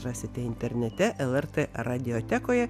rasite internete lrt radiotekoje